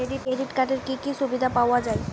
Credit কার্ডের কি কি সুবিধা পাওয়া যায়?